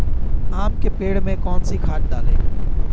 आम के पेड़ में कौन सी खाद डालें?